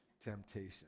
Temptation